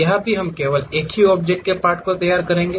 यहाँ भी हम केवल एक ही ऑब्जेक्ट पार्ट तैयार करने जा रहे हैं